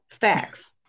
Facts